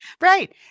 Right